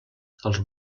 els